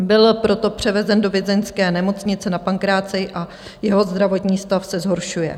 Byl proto převezen do vězeňské nemocnice na Pankráci a jeho zdravotní stav se zhoršuje.